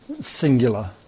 singular